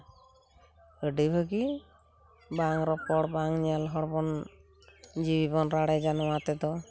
ᱟᱹᱰᱤ ᱵᱷᱟᱹᱜᱤ ᱵᱟᱝ ᱨᱚᱯᱚᱲ ᱵᱟᱝ ᱧᱮᱞ ᱦᱚᱲ ᱵᱚᱱ ᱡᱤᱣᱤ ᱵᱚᱱ ᱨᱟᱲᱮᱡᱟ ᱱᱚᱣᱟ ᱛᱮᱫᱚ